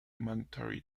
monetary